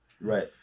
Right